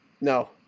No